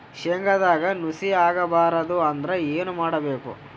ಶೇಂಗದಾಗ ನುಸಿ ಆಗಬಾರದು ಅಂದ್ರ ಏನು ಮಾಡಬೇಕು?